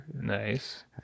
Nice